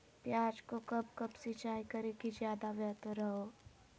प्याज को कब कब सिंचाई करे कि ज्यादा व्यहतर हहो?